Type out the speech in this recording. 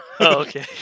okay